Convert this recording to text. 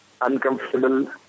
uncomfortable